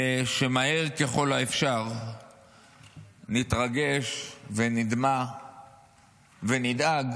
ושמהר ככל האפשר נתרגש ונדמע ונדאג